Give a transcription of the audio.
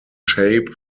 shape